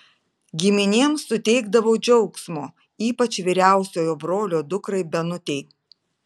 giminėm suteikdavau džiaugsmo ypač vyriausiojo brolio dukrai benutei